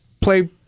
play